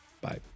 Bye